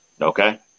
Okay